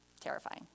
Terrifying